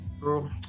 Bro